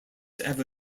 have